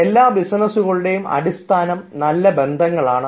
എല്ലാ ബിസിനസുകളുടെയും അടിസ്ഥാനം നല്ല ബന്ധങ്ങളാണ്